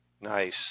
Nice